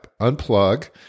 unplug